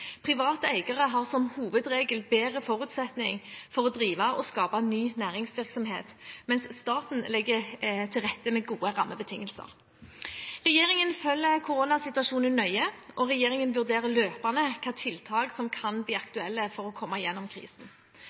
Private eiere har som hovedregel bedre forutsetning for å drive og skape ny næringsvirksomhet, mens staten legger til rette med gode rammebetingelser. Regjeringen følger koronasituasjonen nøye og vurderer løpende hvilke tiltak som kan bli aktuelle for å komme gjennom krisen.